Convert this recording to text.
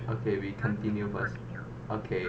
okay we continue first okay